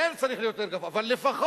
כן צריך להיות יותר גבוה, אבל לפחות